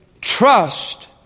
trust